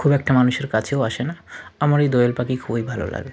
খুব একটা মানুষের কাছেও আসে না আমার এই দোয়েল পাখি খুবই ভালো লাগে